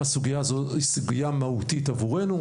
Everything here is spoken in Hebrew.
הסוגייה הזאת היא סוגייה מהותית עבורנו.